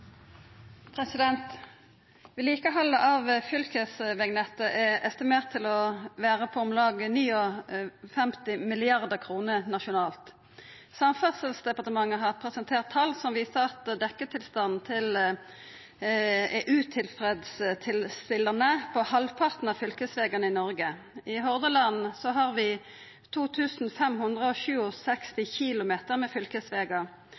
Vedlikehaldet av fylkesvegnettet er estimert å vera på om lag 59 mrd. kr nasjonalt. Samferdselsdepartementet har presentert tal som viser at dekketilstanden er utilfredsstillande på halvparten av fylkesvegane i Noreg. I Hordaland har vi